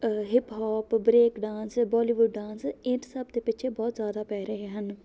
hip hop break dance Bollywood dance ਇਹ ਸਭ ਦੇ ਪਿੱਛੇ ਬਹੁਤ ਜ਼ਿਆਦਾ ਪੈ ਰਹੇ ਹਨ